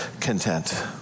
content